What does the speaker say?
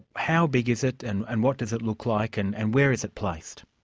how big is it and and what does it look like and and where is it placed?